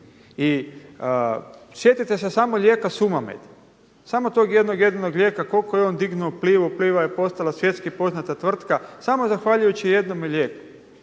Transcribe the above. I sjetite se samo lijeka Sumamed, samo tog jednog jedinog lijeka, koliko je on dignuo Plivu, Pliva je postala svjetski poznata tvrtka samo zahvaljujući jednome lijeku.